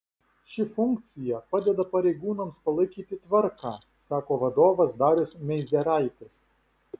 ši funkcija padeda pareigūnams palaikyti tvarką sako vadovas darius meizeraitis